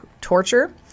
torture